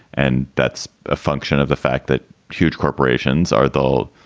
and that's a function of the fact that huge corporations are, though,